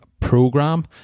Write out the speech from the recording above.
program